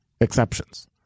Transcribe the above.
exceptions